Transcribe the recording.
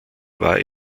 war